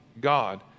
God